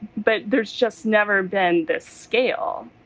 but there's just never been this scale